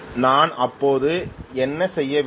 நான் அப்போது என்ன செய்ய வேண்டும்